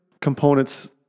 components